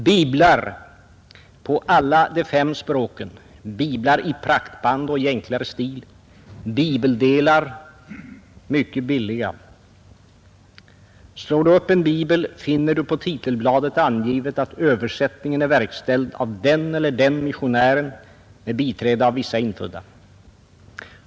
Biblar på alla de fem språken, biblar i praktband och i enklare stil, bibeldelar mycket billiga. Slår du upp en bibel finner du på titelbladet angivet att översättningen är verkställd av den eller den missionären med biträde av vissa infödda.